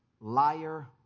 liar